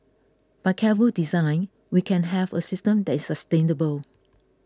by careful design we can have a system that is sustainable